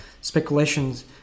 speculations